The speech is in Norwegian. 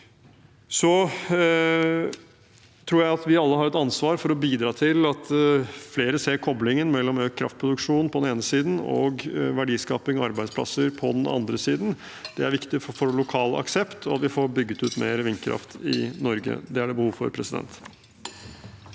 jeg at vi alle har et ansvar for å bidra til at flere ser koblingen mellom økt kraftproduksjon på den ene siden og verdiskaping og arbeidsplasser på den andre siden. Det er viktig for å få lokal aksept og for at vi får bygget ut mer vindkraft i Norge. Det er det behov for. Stein